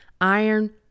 iron